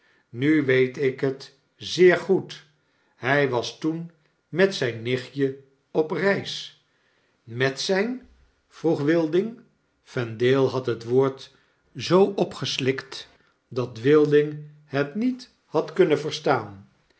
nu weet ik het zeer goed hy was toen met zp nichtje op reis met zp vroeg wilding vendale had het woord zoo opgeslikt dat wilding het niet had kunnen verstaan